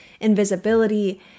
invisibility